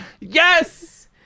yes